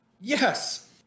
Yes